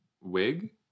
wig